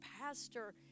pastor